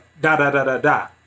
da-da-da-da-da